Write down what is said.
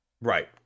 right